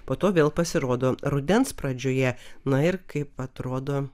po to vėl pasirodo rudens pradžioje na ir kaip atrodo